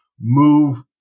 move